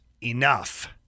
enough